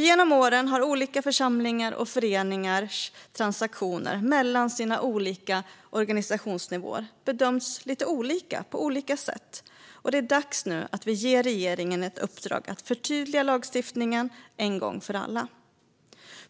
Genom åren har olika församlingars och föreningars transaktioner mellan deras olika organisationsnivåer bedömts på lite olika sätt, och det är nu dags att vi ger regeringen ett uppdrag att förtydliga lagstiftningen en gång för alla.